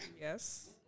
Yes